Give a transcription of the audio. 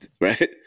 right